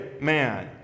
man